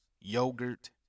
yogurt